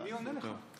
מי עונה לך?